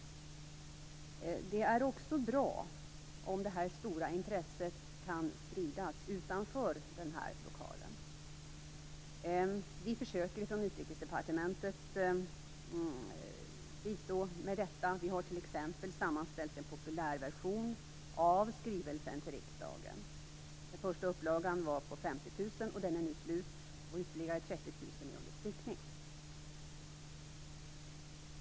Det är också bra om detta stora intresse kan spridas utanför den här lokalen. Från Utrikesdepartementet försöker vi bistå med detta - vi har t.ex. sammanställt en populärversion av skrivelsen till riksdagen. Den första upplagan var på 50 000. Den är nu slut, och ytterligare 30 000 är under tryckning.